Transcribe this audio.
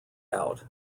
out